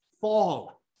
fall